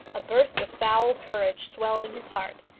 a burst of foul courage swelled in his heart,